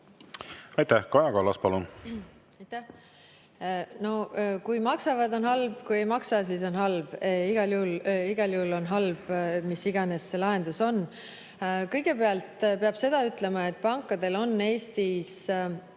Eesti eelarvesse tuleb. Aitäh! No kui maksavad, on halb, kui ei maksa, siis on halb. Igal juhul on halb, mis iganes see lahendus on. Kõigepealt peab ütlema, et pankadel on Eestis